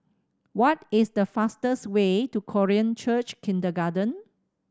what is the fastest way to Korean Church Kindergarten